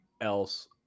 else